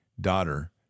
daughter